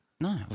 No